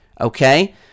okay